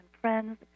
friends